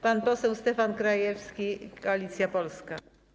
Pan poseł Stefan Krajewski, Koalicja Polska.